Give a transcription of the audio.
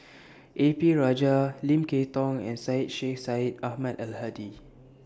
A P Rajah Lim Kay Tong and Syed Sheikh Syed Ahmad Al Hadi